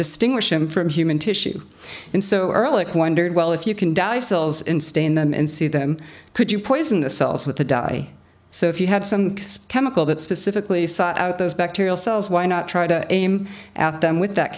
distinguish him from human tissue in so early wondered well if you can dye cells in stain them and see them could you poison the cells with the dye so if you had some chemical that specifically sought out those bacterial cells why not try to aim at them with that